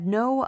no